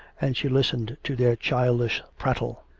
and she listened to their childish prattle.